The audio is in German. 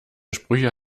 sprüche